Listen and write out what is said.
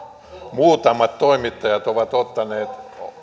muutamat toimittajat ovat ottaneet